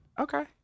Okay